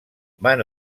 van